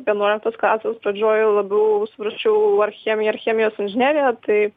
vienuoliktos klasės pradžioj labiau svarsčiau ar chemija ar chemijos inžinerija tai